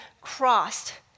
crossed